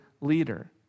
leader